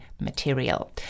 material